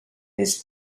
his